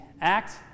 act